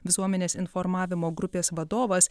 visuomenės informavimo grupės vadovas